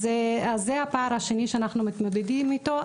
זה הפער השני שאנחנו מתמודדים איתו.